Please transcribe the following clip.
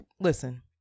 listen